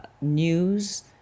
news